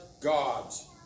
gods